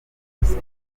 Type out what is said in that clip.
hasi